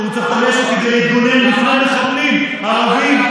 הוא צריך את הנשק כדי להתגונן בפני מחבלים ערבים,